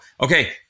okay